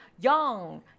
young